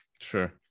Sure